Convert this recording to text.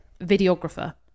videographer